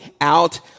out